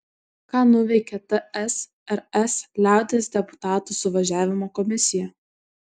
ką nuveikė tsrs liaudies deputatų suvažiavimo komisija